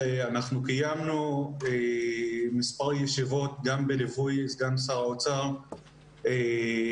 אנחנו קיימנו מספר ישיבות גם בליווי סגן שר האוצר בנושא.